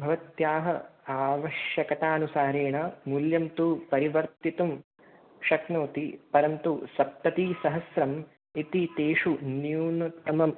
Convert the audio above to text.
भवत्याः आवश्यकतानुसारेण मूल्यं तु परिवर्तितुं शक्नोति परन्तु सप्ततिसहस्रं इति तेषु न्यूनतमं